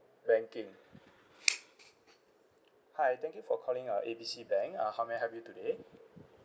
banking hi thank you for calling our A B C bank uh how may I help you today